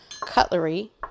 cutlery